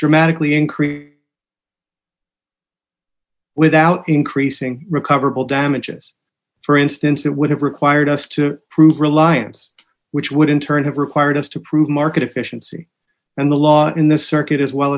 dramatically increased without increasing recoverable damages for instance it would have required us to prove reliance which would in turn have required us to prove market efficiency and the law in the circuit is well